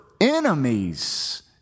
enemies